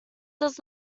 does